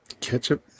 Ketchup